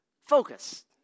Focus